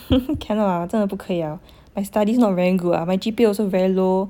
cannot ah 真的不可以 ah my studies not very good ah my G_P_A also very low